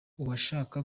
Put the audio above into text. uwashaka